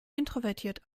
introvertiert